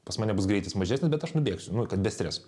pas mane bus greitis mažesnis bet aš nubėgsiu nu kad be streso